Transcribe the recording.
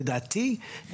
לדעתי,